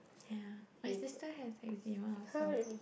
ya my sister has Eczema also